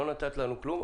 לא נתת לנו כלום,